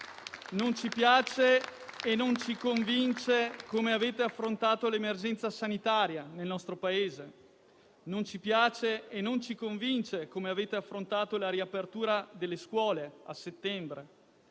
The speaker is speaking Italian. Non ci piace e non ci convince come avete affrontato l'emergenza sanitaria nel nostro Paese. Non ci piace e non ci convince come avete affrontato la riapertura delle scuole a settembre.